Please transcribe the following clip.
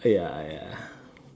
ya ya